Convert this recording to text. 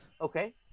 okay